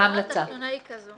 השורה התחתונה היא כזו